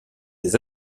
des